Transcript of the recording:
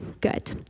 good